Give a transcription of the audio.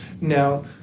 Now